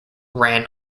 ran